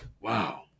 wow